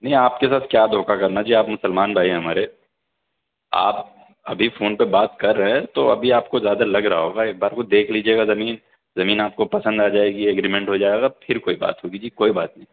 نہیں آپ کے ساتھ کیا دھوکا کرنا جی آپ مسلمان بھائی ہیں ہمارے آپ ابھی فون پہ بات کر رہے ہیں تو ابھی آپ کو زیادہ لگ رہا ہوگا ایک بار کو دیکھ لیجیے گا زمین زمین آپ کو پسند آ جائے گی ایگریمنٹ ہو جائے گا پھر کوئی بات ہوگی جی کوئی بات نہیں